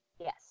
Yes